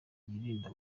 yirinda